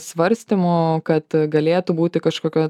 svarstymų kad galėtų būti kažkokia